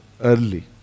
early